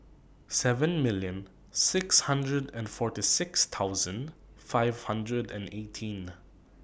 seven million six hundred and forty six thousand five hundred and eighteen